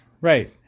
Right